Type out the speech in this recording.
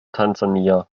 tansania